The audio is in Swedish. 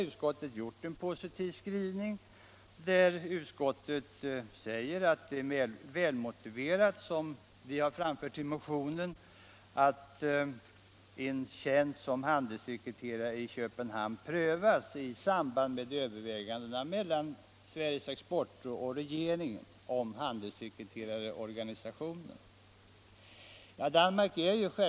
Utskottet har gjort en positiv skrivning, där utskottet säger att det är välmotiverat — som vi framfört i motionen —- att en tjänst som handelssekreterare i Köpenhamn prövas i samband med övervägandena mellan Sveriges exportråd och regeringen om handelssekreterarorganisationen.